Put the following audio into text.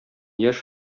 яшь